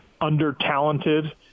under-talented